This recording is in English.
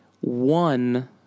one